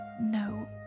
no